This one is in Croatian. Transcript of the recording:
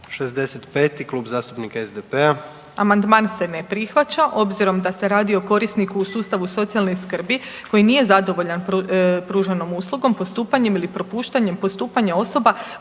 će Klub zastupnika HDZ-a